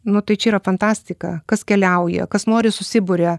nu tai čia yra fantastika kas keliauja kas nori susiburia